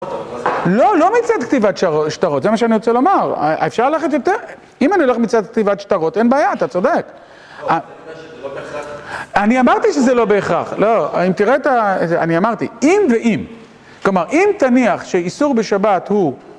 לא, לא מצד כתיבת שטרות, זה מה שאני רוצה לומר, אפשר ללכת יותר? אם אני הולך מצד כתיבת שטרות, אין בעיה, אתה צודק לא, זה אומר שזה לא בהכרח אני אמרתי שזה לא בהכרח, לא, אם תראה את ה... אני אמרתי, אם ואם כלומר, אם תניח שאיסור בשבת הוא